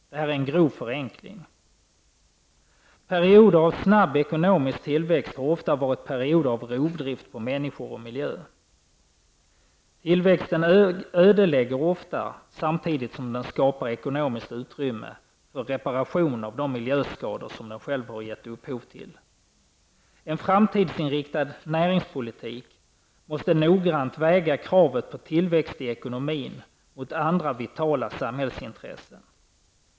Detta är en grov förenkling. Perioder av snabb ekonomisk tillväxt har ofta varit perioder av rovdrift på människor och miljö. Tillväxten ödelägger ofta, samtidigt som den skapar ekonomiskt utrymme för reparation av de miljöskador som den själv har gett upphov till. I en framtidsinriktad näringspolitik måste man noggrannt väga kravet på tillväxt i ekonomin mot andra vitala samhällsintressen.